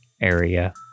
area